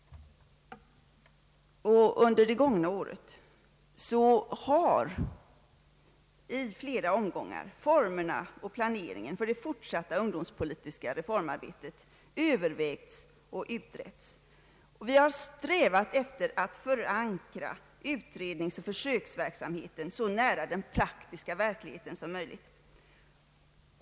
Under det gångna året har i flera omgångar formerna och planeringen för det fortsatta ungdomspolitiska reformarbetet övervägts och utretts. Vi har strävat efter att förankra utredningsoch försöksverksamheten så nära den praktiska verkligheten som möjligt.